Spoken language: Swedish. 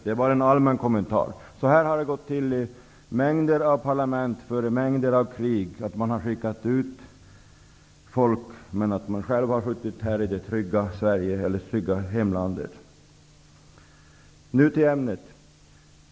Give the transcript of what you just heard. Det är en allmän kommentar. I en mängd parlament har man ju när det gäller en mängd krig skickat ut folk, medan man själv suttit tryggt i hemlandet -- i det här fallet blir det alltså fråga om Sverige. Nu till ämnet.